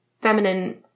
feminine